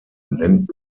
nennt